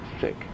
thick